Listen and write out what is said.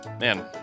man